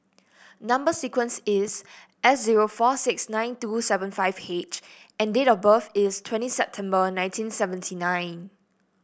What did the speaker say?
number sequence is S zero four six nine two seven five H and date of birth is twenty September nineteen seventy nine